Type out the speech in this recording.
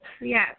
yes